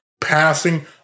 passing